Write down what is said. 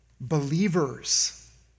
believers